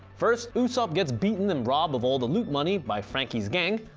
first usopp gets beaten and robbed of all the loot money by franky's gang,